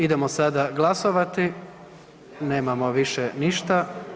Idemo sada glasovati, nemamo više ništa.